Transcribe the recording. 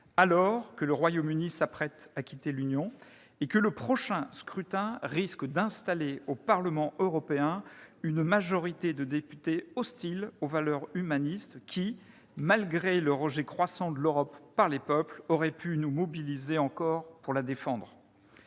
alors que le Royaume-Uni s'apprête à quitter celle-ci et que le prochain scrutin risque d'installer au Parlement européen une majorité de députés hostiles aux valeurs humanistes qui, malgré le rejet croissant de l'Europe par les peuples, auraient pu nous mobiliser encore pour la défendre.